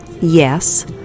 yes